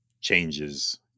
changes